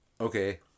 Okay